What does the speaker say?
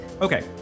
Okay